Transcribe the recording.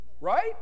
right